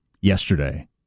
yesterday